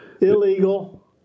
Illegal